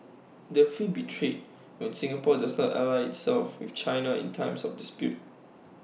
the feel betrayed when Singapore does not align itself with China in times of dispute